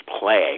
Play